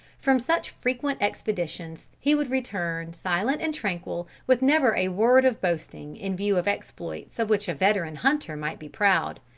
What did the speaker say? from such frequent expeditions he would return silent and tranquil, with never a word of boasting in view of exploits of which a veteran hunter might be proud.